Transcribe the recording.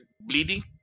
bleeding